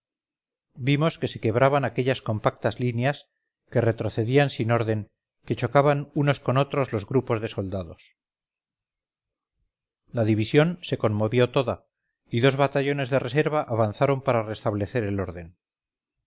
vimos que se quebraban aquellas compactas líneas que retrocedían sin orden que chocaban unos con otros los grupos de soldados la división se conmovió toda y dos batallones de reserva avanzaron para restablecer el orden